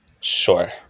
Sure